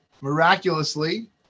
miraculously